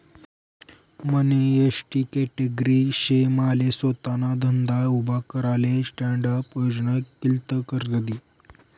मनी ST category शे माले सोताना धंदा उभा कराले स्टॅण्डअप योजना कित्ल कर्ज दी?